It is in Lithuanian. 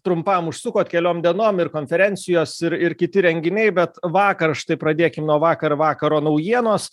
trumpam užsukot keliom dienom ir konferencijos ir ir kiti renginiai bet vakar štai pradėkim nuo vakar vakaro naujienos